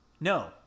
No